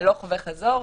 הלוך וחזור,